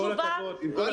עם כל הכבוד, אין